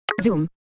zoom